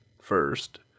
first